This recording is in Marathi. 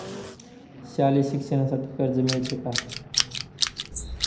शालेय शिक्षणासाठी कर्ज मिळते का?